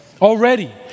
Already